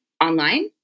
online